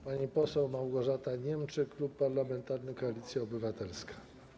Pani poseł Małgorzata Niemczyk, Klub Parlamentarny Koalicja Obywatelska.